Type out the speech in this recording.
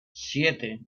siete